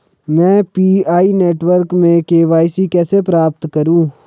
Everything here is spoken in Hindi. मैं पी.आई नेटवर्क में के.वाई.सी कैसे प्राप्त करूँ?